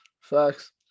facts